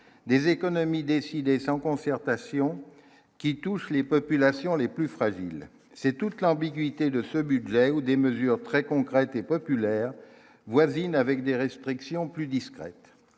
des économies décidées sans concertation qui touche les populations les plus fragiles, c'est toute l'ambiguïté de ce budget ou des mesures très concrètes et populaires voisinent avec des restrictions plus discrète,